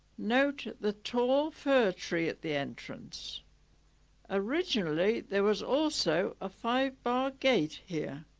note the tall fir tree at the entrance originally there was also a five-bar gate here